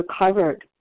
recovered